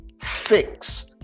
fix